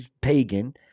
pagan